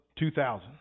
2000